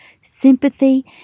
sympathy